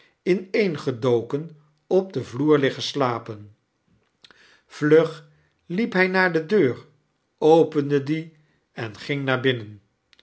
ineengedoken op den vloer liggen slapen vlug liep hij naar de deur opende die en ging naar binnen